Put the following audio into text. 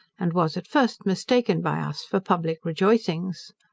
and was at first mistaken by us for public rejoicings.